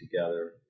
together